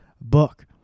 book